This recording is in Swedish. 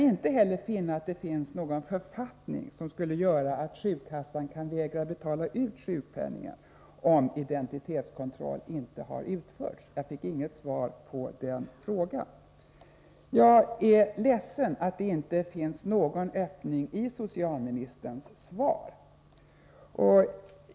Inte heller kan jag finna att vi har någon författning som säger att sjukkassan kan vägra att betala ut sjukpenning om identitetskontroll inte har utförts — jag fick inget svar på den fråga jag ställde om detta. Jag är ledsen att det inte finns någon öppning i socialministerns svar.